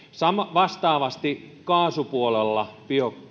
vastaavasti kaasupuolella